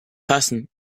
passen